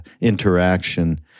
interaction